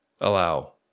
allow